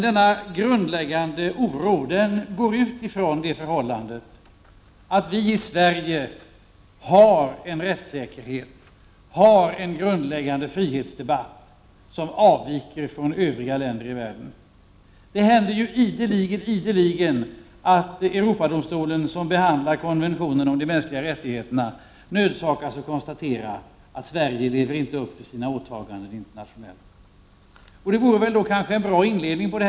Denna oro har uppstått därför att vi i Sverige har en rättssäkerhet och en grundläggande frihetsdebatt som avviker från den i övriga länder i världen. Europadomstolen, som handlägger konventionen om de mänskliga rättigheterna, nödsakas ideligen konstatera att Sverige inte lever upp till sina internationella åtaganden.